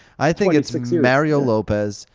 i think it's mario lopez.